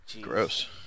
Gross